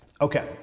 Okay